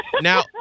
Now